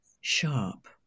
sharp